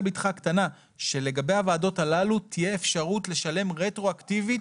בתך הקטנה שלגבי הוועדות הללו תהיה אפשרות לשלם רטרואקטיבית